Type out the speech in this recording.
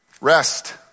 rest